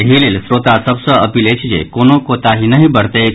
एहि लेल श्रोता सभ सँ अपील अछि जे कोनो कोताहि नहि बरतैथ